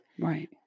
Right